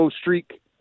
streak